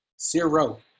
zero